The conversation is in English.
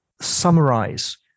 summarize